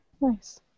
Nice